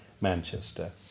Manchester